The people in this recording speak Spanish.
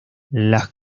las